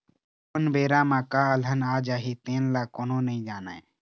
कोन बेरा म का अलहन आ जाही तेन ल कोनो नइ जानय